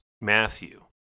Matthew